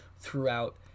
throughout